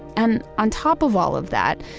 and on top of all of that,